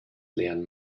leeren